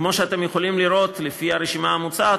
כמו שאתם יכולים לראות לפי רשימת המציעים,